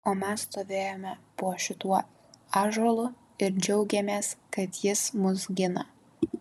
o mes stovėjome po šituo ąžuolu ir džiaugėmės kad jis mus gina